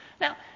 Now